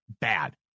bad